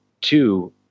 two